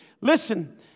listen